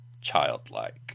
childlike